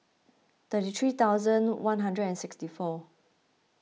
thirty three thousand one hundred and sixty four